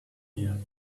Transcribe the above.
here